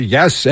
Yes